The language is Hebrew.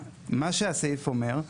מה שהסעיף אומר,